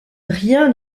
rien